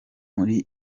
muri